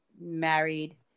married